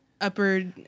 upper